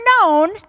known